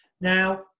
Now